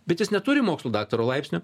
bet jis neturi mokslų daktaro laipsnio